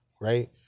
right